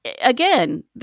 again